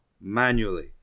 manually